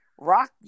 Rock